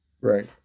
Right